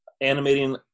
animating